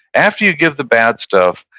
after you give the bad stuff,